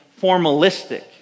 formalistic